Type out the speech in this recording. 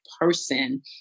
person